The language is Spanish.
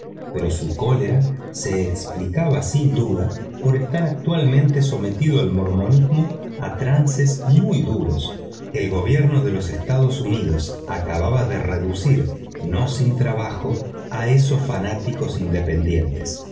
pero su cólera se explicaba sin duda por estar actualmente sometido el mormonismo a trances muy duros el gobierno de los estados unidos acababa de reducir no sin trabajo a estos fanáticos independientes